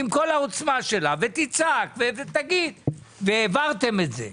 עם כל העוצמה שלה ותצעק, והעברתם את זה.